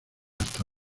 hasta